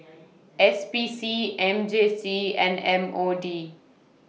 S P C M J C and M O D